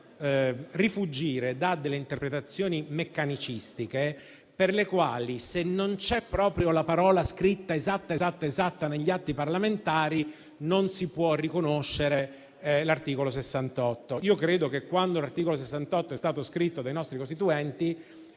bisogna rifuggire da interpretazioni meccanicistiche per le quali se non c'è proprio la parola scritta esatta negli atti parlamentari non si possa invocare l'articolo 68. Credo che l'articolo 68 sia stato scritto dai nostri Padri costituenti